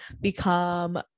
become